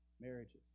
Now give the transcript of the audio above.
Marriages